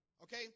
Okay